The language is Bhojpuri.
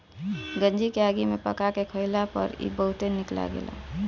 गंजी के आगी में पका के खइला पर इ बहुते निक लगेला